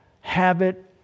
habit